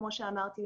כמו שאמרתי,